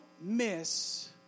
miss